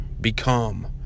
become